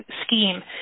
scheme